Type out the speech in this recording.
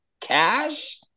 Cash